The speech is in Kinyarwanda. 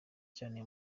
cyane